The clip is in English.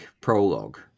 prologue